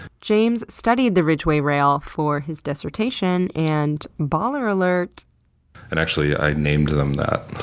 james studied the ridgway rail for his dissertation and, baller alert and actually i named them that.